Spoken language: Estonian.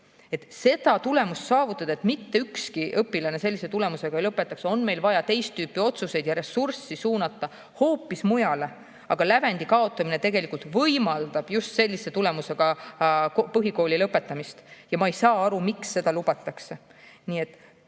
seda tulemust, et mitte ükski õpilane sellise tulemusega ei lõpetataks, on meil vaja teist tüüpi otsuseid ja ressurssi on vaja suunata hoopis mujale. Aga lävendi kaotamine võimaldab just sellise tulemusega põhikooli lõpetamist ja ma ei saa aru, miks seda lubatakse. Vastata